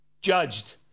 judged